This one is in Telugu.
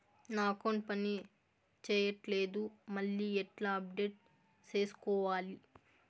నా అకౌంట్ పని చేయట్లేదు మళ్ళీ ఎట్లా అప్డేట్ సేసుకోవాలి?